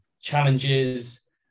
challenges